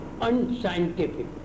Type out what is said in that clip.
Unscientific